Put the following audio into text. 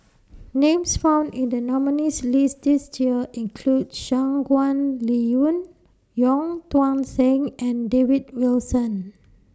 Names found in The nominees' list This Year include Shangguan Liuyun Wong Tuang Seng and David Wilson